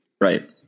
right